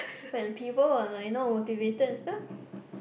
when the people are like not motivated and stuff